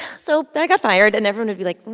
so i got fired. and everyone would be like,